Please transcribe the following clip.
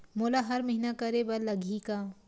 मोला हर महीना करे बर लगही का?